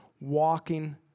walking